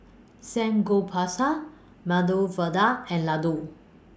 Samgeyopsal Medu Vada and Ladoo